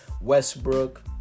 Westbrook